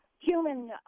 human